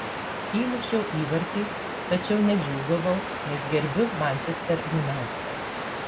įmušiau įvartį tačiau nedžiūgavau nes gerbiu manchester united